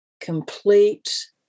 complete